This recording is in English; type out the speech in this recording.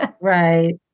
Right